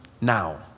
now